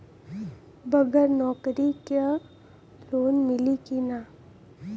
बगर नौकरी क लोन मिली कि ना?